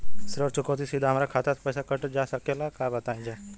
ऋण चुकौती सीधा हमार खाता से पैसा कटल जा सकेला का बताई जा?